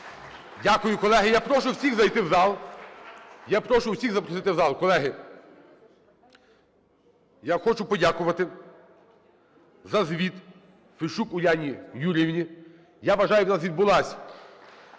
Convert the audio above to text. Дякую, колеги. Я прошу всіх зайти в зал. Я прошу всіх запросити в зал, колеги. Я хочу подякувати за звіт Фещук Уляні Юріївні. Я вважаю, в нас відбулась